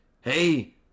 Hey